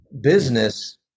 business